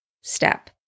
step